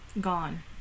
gone